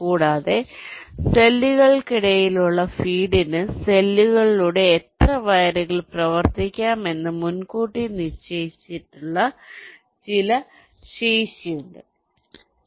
കൂടാതെ സെല്ലുകളിലൂടെയുള്ള ഫീഡിന് സെല്ലുകളിലൂടെ എത്ര വയറുകൾ പ്രവർത്തിപ്പിക്കാം എന്ന് മുൻകൂട്ടി നിശ്ചയിച്ചിട്ടുള്ള ചില ശേഷിയുണ്ട്